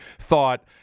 thought